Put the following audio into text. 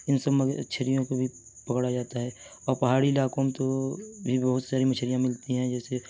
ان سب مچھلیوں کو بھی پکڑا جاتا ہے اور پہاڑی علاقوں میں تو بھی بہت ساری مچھلیاں ملتی ہیں جیسے